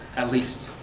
at least.